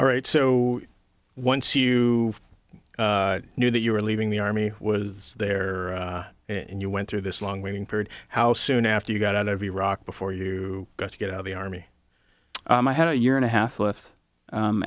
all right so once you knew that you were leaving the army was there and you went through this long waiting period how soon after you got out of iraq before you got to get out of the army i had a year and a half